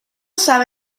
sabe